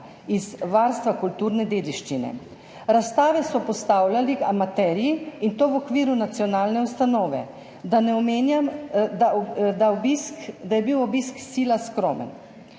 iz varstva kulturne dediščine, razstave so postavljali amaterji, in to v okviru nacionalne ustanove. Da ne omenjam, da je bil obisk sila skromen.